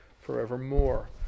forevermore